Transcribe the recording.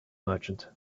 merchant